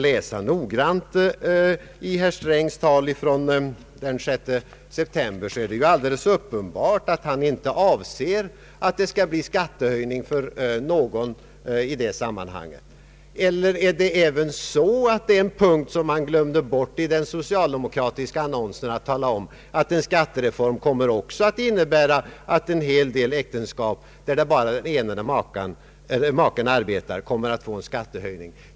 Läser man herr Strängs tal av den 6 september noggrant är det alldeles uppenbart att han inte avser att det skall bli en skattehöjning för någon i det sammanhanget. Eller är det så att även det är en punkt som man glömde att tala om i den socialdemokratiska annonsen, d. v. s. att en skattereform också kommer att innebära att en hel del äkta makar i äktenskap där bara den ene förvärvsarbetar får en skattehöjning?